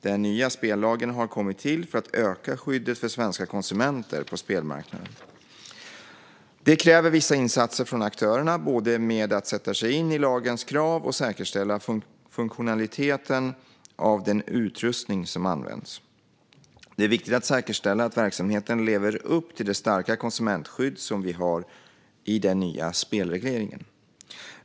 Den nya spellagen har kommit till för att öka skyddet för svenska konsumenter på spelmarknaden. Det kräver vissa insatser från aktörerna, både med att sätta sig in i lagens krav och med att säkerställa funktionaliteten av den utrustning som används. Det är viktigt att säkerställa att verksamheten lever upp till det starka konsumentskydd som vi har i den nya spelregleringen.